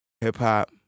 hip-hop